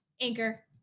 anchor